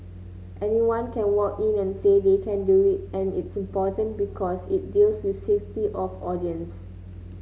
anyone can walk in and say they can do it and it's important because it deals with safety of audience